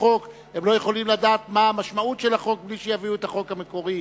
חוק הם לא יכולים לדעת מה המשמעות של החוק בלי שיביאו את החוק המקורי.